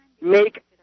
make